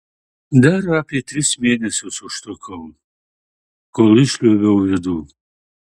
dar apie tris mėnesius užtrukau kol išliuobiau vidų